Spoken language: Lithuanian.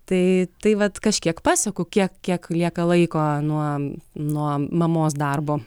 tai tai vat kažkiek paseku kiek kiek lieka laiko nuo nuo mamos darbo